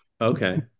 Okay